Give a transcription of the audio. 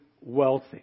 wealthy